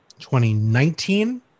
2019